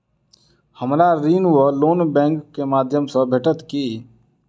हमरा ऋण वा लोन बैंक केँ माध्यम सँ भेटत की?